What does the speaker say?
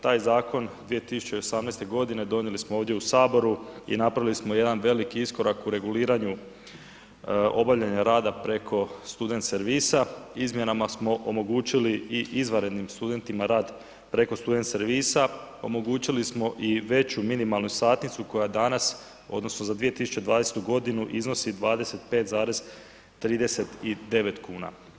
Taj zakon 2018. godine donijeli smo ovdje u Saboru i napravili smo jedan veliki iskorak u reguliranju obavljanja rada preko student servisa, izmjenama smo omogućili i izvanrednim studentima rad preko student servisa, omogućili smo i veću minimalnu satnicu koju danas odnosno za 2020. godinu iznosi 25,39 kuna.